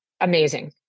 amazing